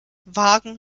wagen